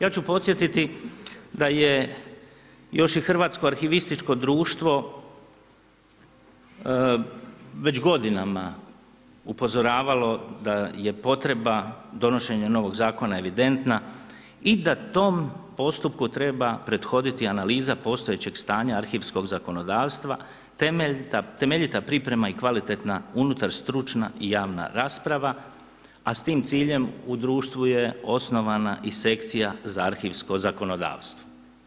Ja ću podsjetiti da je još i Hrvatsko arhivističko društvo već godinama upozoravalo da je potreba donošenja novog zakona evidentna i da tom postupku treba prethoditi analiza postojećeg stanja arhivskog zakonodavstva temeljita priprema i kvalitetna unutar stručna i javna rasprava, a s tim ciljem u društvu je osnovana i sekcija za arhivsko zakonodavstvo.